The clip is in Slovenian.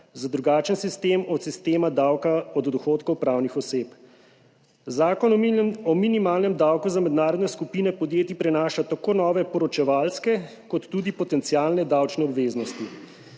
za drugačen sistem od sistema davka od dohodkov pravnih oseb. Zakon o minimalnem davku za mednarodne skupine podjetij prinaša tako nove poročevalske kot tudi potencialne davčne obveznosti.